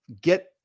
get